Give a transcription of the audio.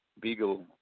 beagle